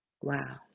Wow